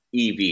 EV